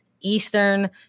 Eastern